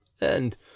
And